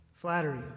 Flattery